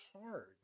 hard